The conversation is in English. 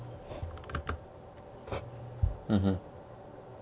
mmhmm